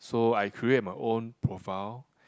so I create my own profile